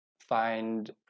find